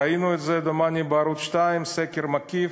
ראינו את זה דומני בערוץ 2, סקר מקיף,